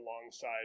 alongside